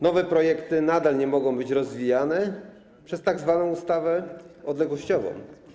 Nowe projekty nadal nie mogą być rozwijane przez tzw. ustawę odległościową.